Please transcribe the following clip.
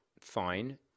fine